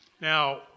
now